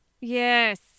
yes